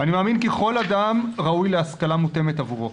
אני מאמין כי כל אדם ראוי להשכלה מותאמת עבורו,